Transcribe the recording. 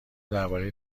درباره